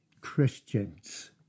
Christians